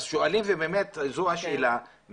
אז שואלים ובאמת זו השאלה,